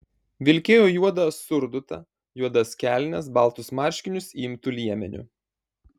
vilkėjo juodą surdutą juodas kelnes baltus marškinius įimtu liemeniu